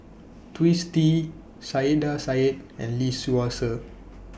Twisstii Saiedah Said and Lee Seow Ser